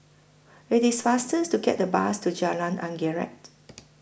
IT IS faster to get The Bus to Jalan Anggerek